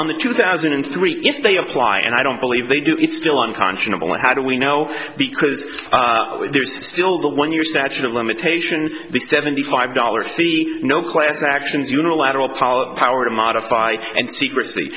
on the two thousand and three if they apply and i don't believe they do it's still unconscionable how do we know because there's still the one year statute of limitations the seventy five dollars no class actions unilateral power power to modify and secrecy